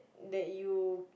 that you